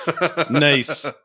Nice